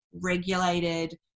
regulated